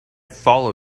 follow